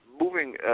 moving